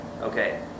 Okay